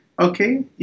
Okay